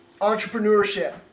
Entrepreneurship